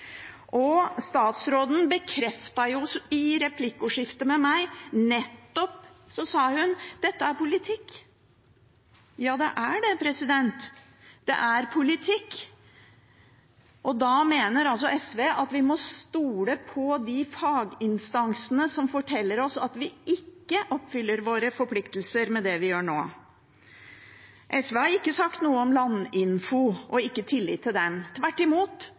Statsråden bekreftet i replikkordskiftet med meg: «Dette er politikk.» Ja, det er politikk. Da mener SV at vi må stole på de faginstansene som forteller oss at vi ikke oppfyller våre forpliktelser med det vi gjør nå. SV har ikke sagt noe om Landinfo og at vi ikke har ikke tillit til dem. Tvert imot,